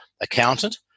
accountant